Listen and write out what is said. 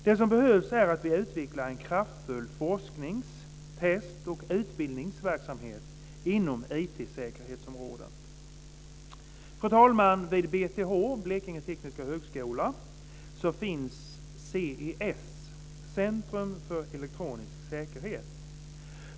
Det som behövs är att vi utvecklar en kraftfull forsknings-, test och utbildningsverksamhet inom IT-säkerhetsområdet. Fru talman! Vid BTH, Blekinge tekniska högskola, finns CES, Centrum för elektronisk säkerhet.